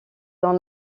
dans